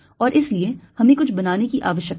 और इसलिए हमें कुछ बनाने की आवश्यकता है